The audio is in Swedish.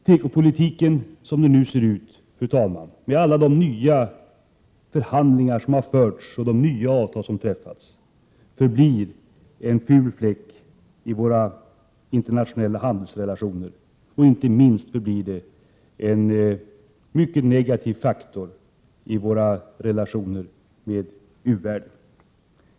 | Tekopolitiken som den nu ser ut, med alla förhandlingar som förts och nya avtal som träffats, förblir en ful fläck i våra internationella handelsrelationer. Inte minst förblir den en mycket negativ faktor i våra relationer med | utvecklingsländerna.